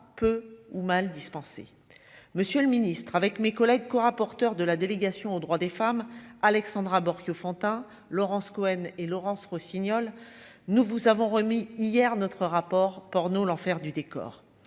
peu ou mal dispenser, monsieur le ministre, avec mes collègues corapporteur de la délégation aux droits des femmes, Alexandra Borchio Fontan Laurence Cohen et Laurence Rossignol nous vous avons remis hier notre rapport porno l'enfer du décor,